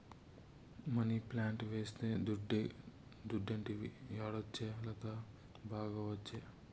money plant వేస్తే దుడ్డే దుడ్డంటివి యాడొచ్చే లత, బాగా ఒచ్చే